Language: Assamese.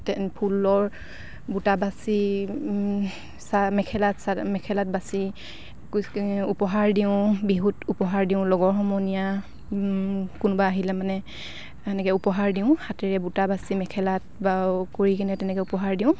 তেন ফুলৰ বুটা বাচি চা মেখেলাত চ মেখেলাত বাচি উপহাৰ দিওঁ বিহুত উপহাৰ দিওঁ লগৰ সমনীয়া কোনোবা আহিলে মানে সেনেকে উপহাৰ দিওঁ হাতেৰে বুটা বাচি মেখেলাত বা কৰি কিনে তেনেকে উপহাৰ দিওঁ